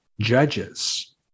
judges